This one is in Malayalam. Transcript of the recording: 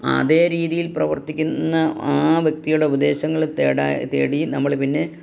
അതേ രീതിയിൽ പ്രവർത്തിക്കുന്ന ആ വ്യക്തികളുടെ ഉപദേശങ്ങൾ തേടി തേടി നമ്മൾ പിന്നെ